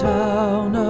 town